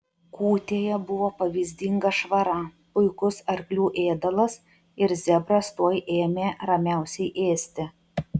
kūtėje buvo pavyzdinga švara puikus arklių ėdalas ir zebras tuoj ėmė ramiausiai ėsti